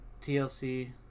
TLC